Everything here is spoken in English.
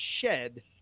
shed